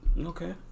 okay